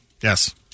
Yes